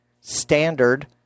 standard